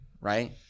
right